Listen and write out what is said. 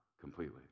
completely